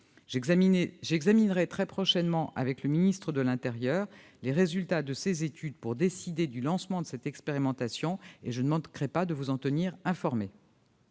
J'examinerai très prochainement, avec le ministre de l'intérieur, les résultats de ces études pour décider du lancement de cette expérimentation. Je ne manquerai pas de vous en tenir informé.